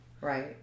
Right